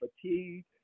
fatigue